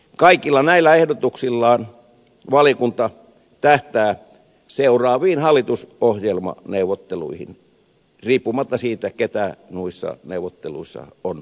kaikilla näillä ehdotuksillaan valiokunta tähtää seuraaviin hallitusohjelmaneuvotteluihin riippumatta siitä keitä nuissa neuvotteluissa on mukana